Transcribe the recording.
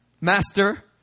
master